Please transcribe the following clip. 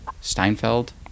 steinfeld